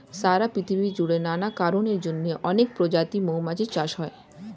সারা পৃথিবী জুড়ে নানা কারণের জন্যে অনেক প্রজাতির মৌমাছি চাষ হয়